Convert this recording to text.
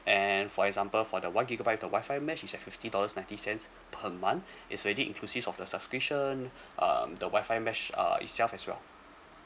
and for example for the one gigabyte the WI-FI mesh is at fifty dollars ninety cents per month is already inclusive of the subscription um the WI-FI mesh uh itself as well